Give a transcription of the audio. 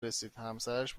رسیدهمسرش